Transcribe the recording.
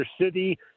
City